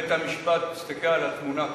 בית-המשפט מסתכל על התמונה כולה.